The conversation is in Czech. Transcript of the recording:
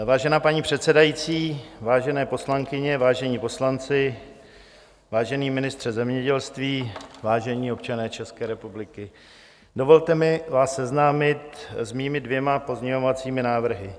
Vážená paní předsedající, vážené poslankyně, vážení poslanci, vážený ministře zemědělství, vážení občané České republiky, dovolte mi vás seznámit s mými dvěma pozměňovacími návrhy.